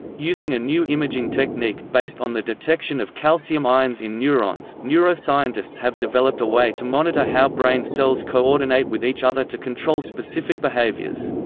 using a new imaging technique, based on the detection of calcium ions in neurons, neuroscientists have developed a way to monitor how brain cells coordinate with each other to control specific behaviors.